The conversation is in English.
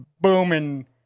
booming